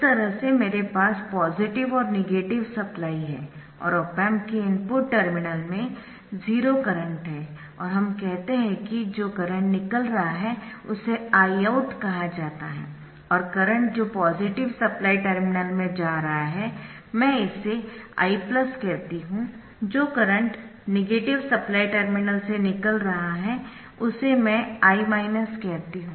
इस तरह से मेरे पास पॉजिटिव और नेगेटिव सप्लाई है और ऑप एम्प के इनपुट टर्मिनल में 0 करंट है और हम कहते है कि जो करंट निकल रहा है उसे Iout कहा जाता है और करंट जो पॉजिटिव सप्लाई टर्मिनल में जा रहा है मैं इसे I कहती हूं जो करंट निगेटिव सप्लाई टर्मिनल से निकल रहा है उसे मैं I कहती हूं